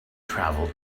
travel